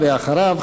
ואחריו,